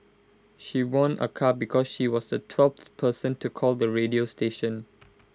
she won A car because she was the twelfth person to call the radio station